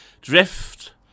Drift